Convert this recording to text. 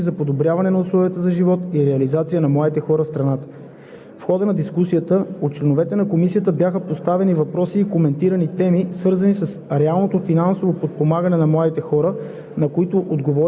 Направени са съответните изводи и препоръки за дейностите по отделните приоритети, като са предвидени действията, които трябва да бъдат предприети от страна на отговорните институции за подобряване на условията за живот и реализация на младите хора в страната.